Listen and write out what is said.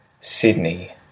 Sydney